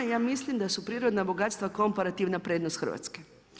Ja mislim da su prirodna bogatstva komparativna prednost Hrvatske.